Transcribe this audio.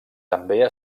també